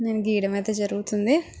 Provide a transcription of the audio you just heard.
నేను గీయడం అయితే జరుగుతుంది